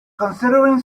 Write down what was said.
considering